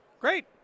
Great